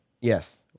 Yes